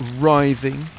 writhing